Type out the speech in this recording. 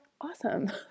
awesome